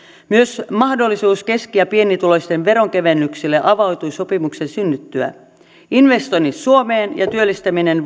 myös mahdollisuus keski ja pienituloisten veronkevennyksille avautui sopimuksen synnyttyä investoinnit suomeen ja työllistäminen